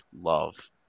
love